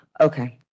Okay